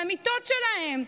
מהמיטות שלהם.